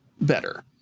Better